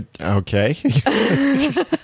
okay